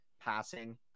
passing